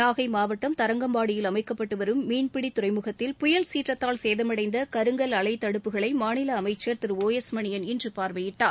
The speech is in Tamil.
நாகை மாவட்டம் தரங்கம்பாடியில் அமைக்கப்பட்டு வரும் மீன்பிடி துறைமுகத்தில் புயல் சீற்றத்தால் சேதமடைந்த கருங்கல் அலை தடுப்புகளை அமைச்சர் திரு ஒ எஸ் மணியன் இன்று பார்வையிட்டார்